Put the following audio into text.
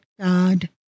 God